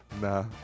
Nah